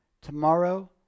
Tomorrow